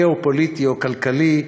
גיאו-פוליטי או כלכלי,